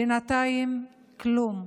בינתיים כלום.